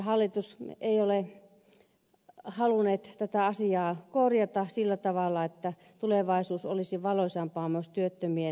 hallitus ei ole halunnut tätä asiaa korjata sillä tavalla että tulevaisuus olisi valoisampaa myös työttömien näkökulmasta